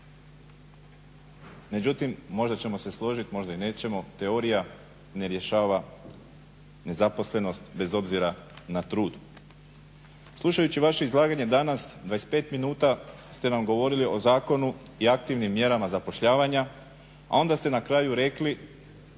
Međutim, možda ćemo se složit možda i nećemo, teorija ne rješava nezaposlenost, bez obzira na trud. Slušajući vaše izlaganje danas, 25 minuta ste nam govorili o zakonu i aktivnim mjerama zapošljavanja, a onda ste na kraju rekli